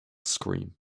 scream